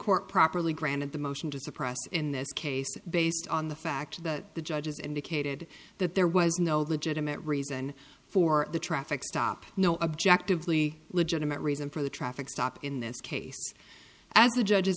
court properly granted the motion to suppress in this case based on the fact that the judge's indicated that there was no legitimate reason for the traffic stop no objectively legitimate reason for the traffic stop in this case as the judge